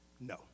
no